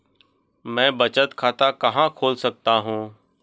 मैं बचत खाता कहां खोल सकता हूं?